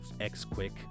X-Quick